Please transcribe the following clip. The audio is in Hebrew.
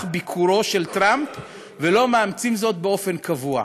ביקורו של טראמפ ולא מאמצים זאת באופן קבוע?